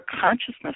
consciousness